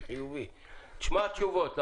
שמע תשובות.